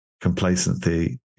complacency